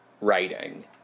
writing